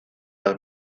las